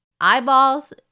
eyeballs